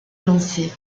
lancées